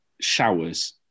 showers